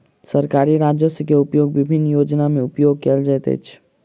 सरकारी राजस्व के उपयोग विभिन्न योजना में उपयोग कयल जाइत अछि